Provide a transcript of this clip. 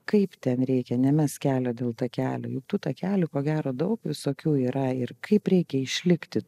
kaip ten reikia nemesk kelio dėl takelio tų takelių ko gero daug visokių yra ir kaip reikia išlikti